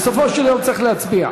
בסופו של יום צריך להצביע.